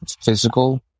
physical